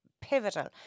pivotal